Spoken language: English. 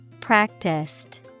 Practiced